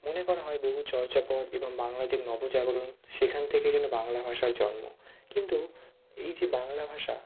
মনে করা হয় বহু চর্যাপদ এবং বাংলার যে নবজাগরণ সেখান থেকে যেন বাংলা ভাষার জন্ম কিন্তু এই যে বাংলা ভাষা